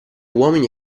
uomini